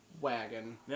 wagon